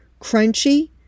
crunchy